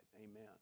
Amen